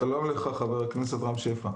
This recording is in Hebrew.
שלום לך, חבר הכנסת רם שפע.